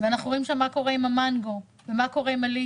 ואנחנו רואים מה קורה שם עם המנגו ועם הליצ'י,